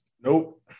Nope